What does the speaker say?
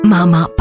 Mama